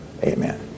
Amen